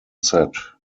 set